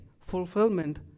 fulfillment